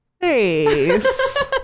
face